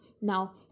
Now